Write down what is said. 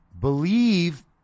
believe